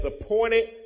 appointed